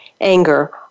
anger